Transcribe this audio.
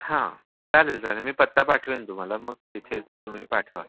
हां चालेल चालेल मी पत्ता पाठवेन तुम्हाला मग तिथेच तुम्ही पाठवा